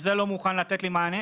וזה לא מוכן לתת לי מענה,